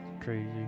crazy